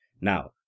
Now